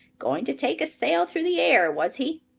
going to take a sail through the air, was he?